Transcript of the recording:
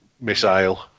missile